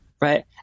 Right